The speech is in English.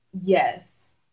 yes